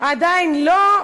עדיין לא.